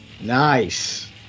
Nice